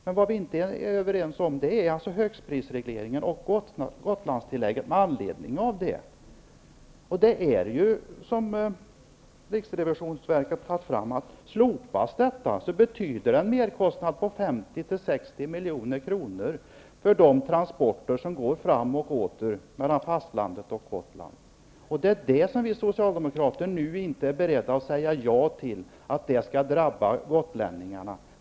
Men vad vi inte är överens om är högstprisregleringen och Det är ju så, som riksrevisionsverket har kommit fram till, att ett slopande av detta betyder en merkostnad på 50--60 milj.kr. för de transporter som går fram och åter mellan fastlandet och Gotland. Vi socialdemokrater är nu inte beredda att säga ja till att det skall drabba gotlänningarna.